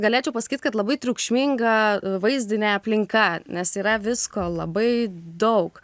galėčiau pasakyt kad labai triukšminga vaizdinė aplinka nes yra visko labai daug